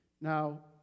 Now